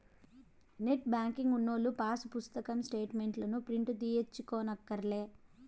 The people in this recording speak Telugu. నెట్ బ్యేంకింగు ఉన్నోల్లు పాసు పుస్తకం స్టేటు మెంట్లుని ప్రింటు తీయించుకోనక్కర్లే